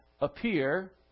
appear